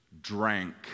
drank